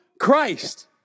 Christ